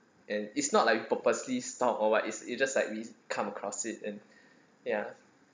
and it's not like we purposely stalked or what is it just like we come across it and ya